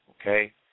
Okay